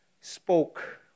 spoke